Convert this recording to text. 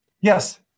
Yes